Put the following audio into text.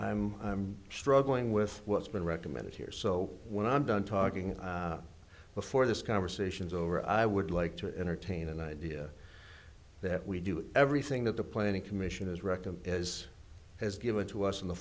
don't i'm struggling with what's been recommended here so when i'm done talking before this conversation is over i would like to entertain an idea that we do everything that the planning commission is reckoned as has given to us in the